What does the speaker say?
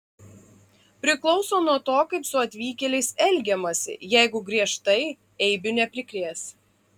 priklauso nuo to kaip su atvykėliais elgiamasi jeigu griežtai eibių neprikrės